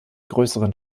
größeren